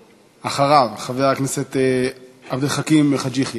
אחריו, חבר הכנסת עבד אל חכים חאג' יחיא.